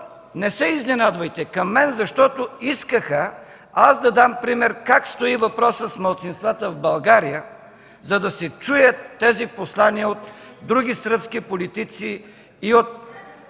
Не се изненадвайте – към мен, защото искаха да дам пример как стои въпросът с малцинствата в България, за да се чуят тези послания от други сръбски политици и от